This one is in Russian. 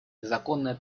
незаконная